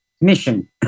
mission